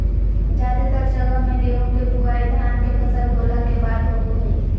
जादेतर जगह मे गेहूं के बुआई धान के फसल होला के बाद होवो हय